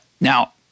Now